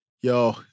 yo